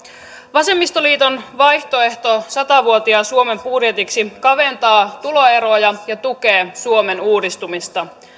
vasemmistoliiton vaihtoehto sata vuotiaan suomen budjetiksi kaventaa tuloeroja ja ja tukee suomen uudistumista